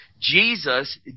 Jesus